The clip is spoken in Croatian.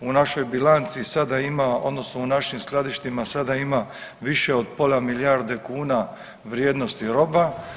U našoj bilanci sada ima, odnosno u našim skladištima sada ima više od pola milijarde kuna vrijednosti roba.